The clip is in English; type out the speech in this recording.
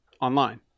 online